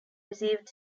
received